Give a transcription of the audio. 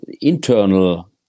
internal